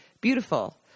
beautiful